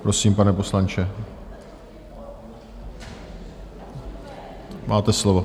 Prosím, pane poslanče, máte slovo.